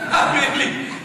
תאמין לי,